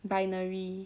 binary